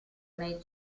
nei